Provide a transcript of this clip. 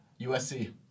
USC